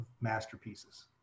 masterpieces